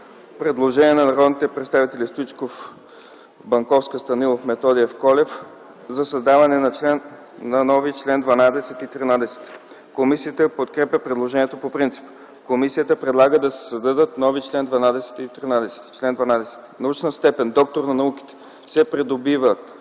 Предложение на народните представители Стоичков, Банковска, Станилов, Методиев и Колев за създаване на нови членове 12 и 13. Комисията подкрепя предложението по принцип. Комисията предлага да се създадат нови членове 12 и 13: „Чл. 12. (1) Научната степен „доктор на науките” се придобива